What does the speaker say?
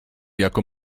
jako